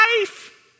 life